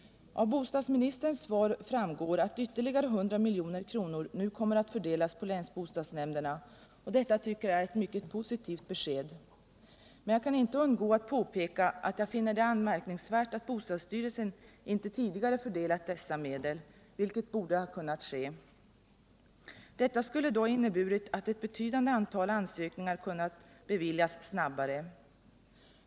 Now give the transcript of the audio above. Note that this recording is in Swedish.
Av bostadsministerns svar framgår att ytterligare 100 milj.kr. nu kommer att fördelas på linsbostadsnämnderna, och detta tycker jag är ett mycket positivt besked. Men jag kan inte undgå att påpeka, att jag finner det anmärkningsvärt att bostadsstyrelsen inte tidigare fördelat dessa medel, vilket borde ha kunnat ske. Detta skulle då ha inneburit att ett betydande antal ansökningar kunnat beviljas snabbare.